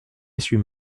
essuie